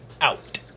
out